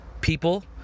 people